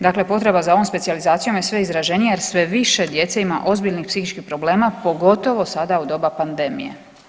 Dakle, potreba za ovom specijalizacijom je sve izraženija jer sve više djece ima ozbiljnih psihičkih problema pogotovo sada u doba pandemije.